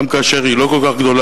גם כאשר היא לא כל כך גדולה,